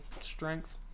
strength